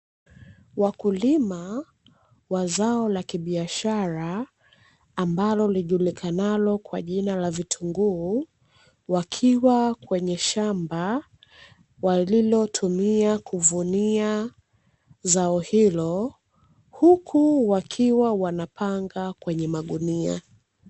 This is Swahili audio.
Wakulima wa zao la kibiashara ambalo lijulikanalo kwa jina la vitunguu wakiwa kwenye shamba walilotumia kuvuna zao hilo, huku wakiwa wanapanga kwenye magunia.